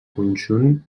conjunt